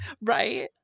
Right